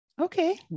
okay